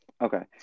Okay